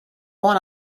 one